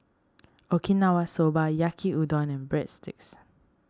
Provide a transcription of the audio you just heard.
Okinawa Soba Yaki Udon and Breadsticks